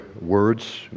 words